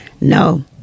No